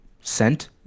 sent